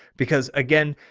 because again,